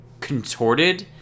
contorted